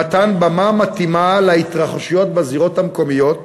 למתן במה מתאימה להתרחשויות בזירות המקומיות,